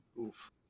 oof